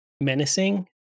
menacing